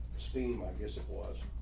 steam i guess it was.